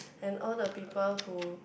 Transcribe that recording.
and all the people who